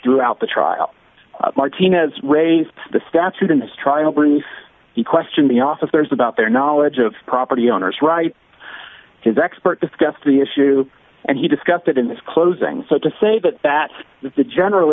throughout the trial martinez raised the statute in this trial brings to question the officers about their knowledge of property owners right his expert discussed the issue and he discussed it in this closing so to say that that the general